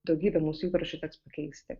daugybė mūsų įpročių teks pakeisti